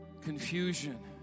confusion